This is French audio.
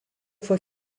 fois